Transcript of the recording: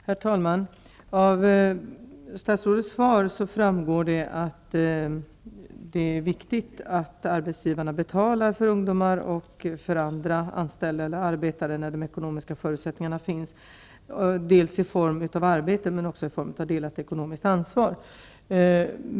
Herr talman! Av statsrådets svar framgår att det är viktigt att arbetsgivarna betalar för ungdomar och andra arbetare när de ekonomiska förutsättningarna finns, dels i form av arbete och dels i form av delat ekonomiskt ansvar.